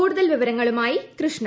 കൂടുതൽ വിവരങ്ങളുമായി കൃഷ്ണ